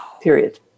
Period